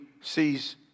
sees